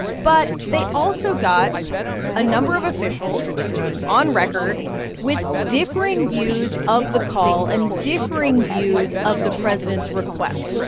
but they also got a number of officials on record with differing views of the call and differing views of the president's request.